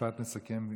משפט מסכם.